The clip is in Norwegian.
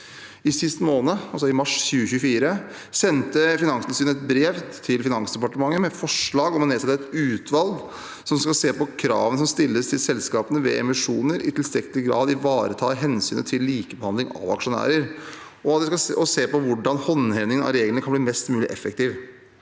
Sist måned, altså i mars 2024, sendte Finanstilsynet et brev til Finansdepartementet med forslag om å nedsette et utvalg som skal se på om kravene som stilles til selskapene ved emisjoner, i tilstrekkelig grad ivaretar hensynet til likebehandling av aksjonærer, og på hvordan håndhevingen av reglene kan bli mest mulig effektiv.